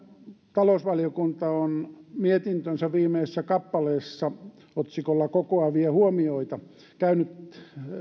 talousvaliokunta on mietintönsä viimeisessä kappaleessa otsikolla kokoavia huomioita käynyt